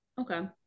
okay